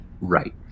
Right